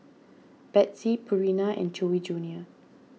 Betsy Purina and Chewy Junior